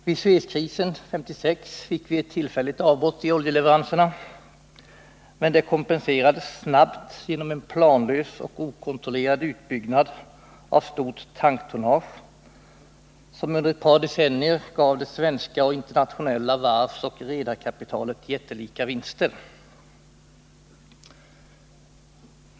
Vid Suezkrisen 1956 fick vi ett tillfälligt avbrott i oljeleveranserna, men det kompenserades snabbt genom en planlös och okontrollerad utbyggnad av stort tanktonnage, som under ett par decennier gav det svenska och internationella varvsoch redarkapitalet jättelika vinster.